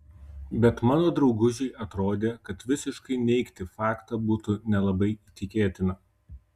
bet mano draugužei atrodė kad visiškai neigti faktą būtų nelabai įtikėtina